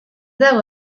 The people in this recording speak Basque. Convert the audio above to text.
dago